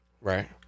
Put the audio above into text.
Right